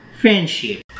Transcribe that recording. friendship